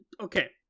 Okay